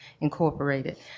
Incorporated